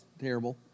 terrible